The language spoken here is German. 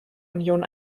union